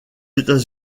états